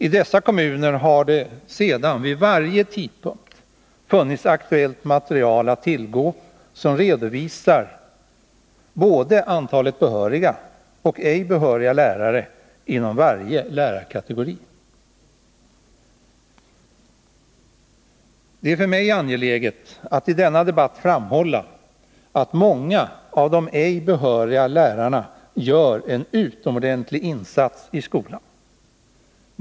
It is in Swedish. I dessa kommuner har det sedan vid varje tidpunkt funnits aktuellt material att tillgå som redovisar antalet både behöriga och ej behöriga lärare inom varje lärarkategori. Det är för mig angeläget att i denna debatt framhålla att många av de ej behöriga lärarna gör en utomordentlig insats i skolan.